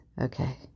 Okay